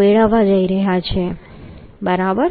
મેળવવા જઈ રહ્યા છીએ બરાબર